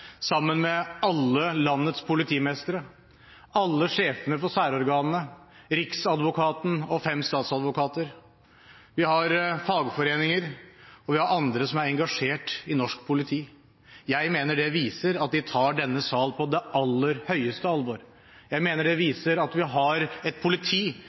sammen med alle landets politimestere, alle sjefene for særorganene, Riksadvokaten og fem statsadvokater. Vi har fagforeninger, og vi har andre som er engasjert i norsk politi. Jeg mener det viser at de tar denne sal på det aller høyeste alvor. Jeg mener det viser at vi har et politi